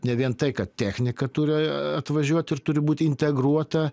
ne vien tai kad technika turi atvažiuot ir turi būt integruota